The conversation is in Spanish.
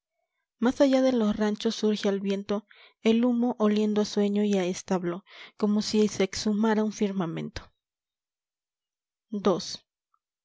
mas allá de los ranchos surge al viento el humo oliendo a sueño y a establo como ái se exhumara un firmamento la